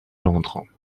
londres